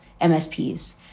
msps